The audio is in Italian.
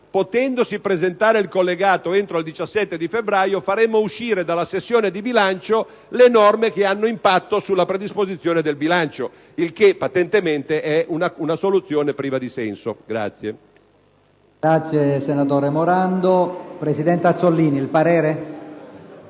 potendosi presentare il collegato entro il 17 febbraio, faremmo uscire dalla sessione di bilancio le norme che hanno impatto sulla predisposizione del bilancio, il che, patentemente, è una soluzione priva di senso.